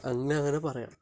അങ്ങനെ വരെ പറയാം